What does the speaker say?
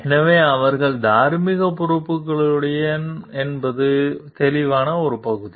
எனவே அவர்கள் தார்மீக பொறுப்புடையவர்கள் என்பது தெளிவான பகுதி